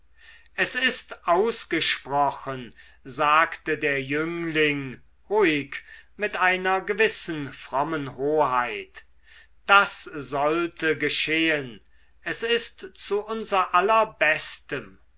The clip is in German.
es ist ausgesprochen sagte der jüngling ruhig mit einer gewissen frommen hoheit das sollte geschehen es ist zu unser aller